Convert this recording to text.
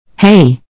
Hey